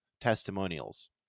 testimonials